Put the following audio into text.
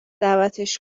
دعوتش